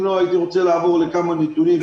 אם לא, הייתי רוצה לעבור לכמה נתונים.